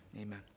amen